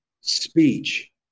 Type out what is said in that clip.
speech